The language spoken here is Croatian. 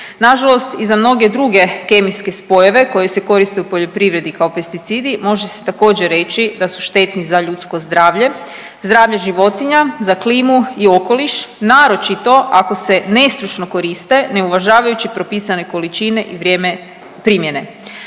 Nažalost i za mnoge druge kemijske spojeve koji se koriste u poljoprivredi kao pesticidi može se također, reći da su štetni za ljudsko zdravlje, zdravlje životinja, za klimu i okoliš, naročito ako se nestručno koriste ne uvažavajući propisane količine i vrijeme primjene.